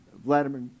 Vladimir